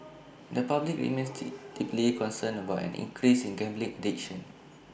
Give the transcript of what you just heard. the public remains deep deeply concerned about an increase in gambling addiction